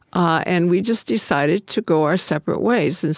and we just decided to go our separate ways. and